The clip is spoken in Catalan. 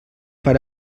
per